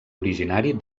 originari